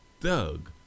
Doug